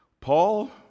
Paul